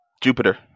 Jupiter